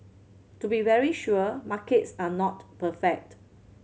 to be very sure markets are not perfect